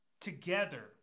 together